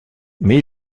mais